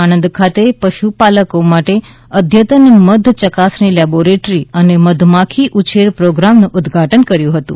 આણંદખાતે પશુપલકો માટે અધતન મધ યકાસણી લેબોરેટરી અને મધમાખી ઉછેર પ્રોગ્રામનું ઉદ્વાટન કર્યું હતું